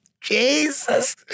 Jesus